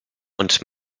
und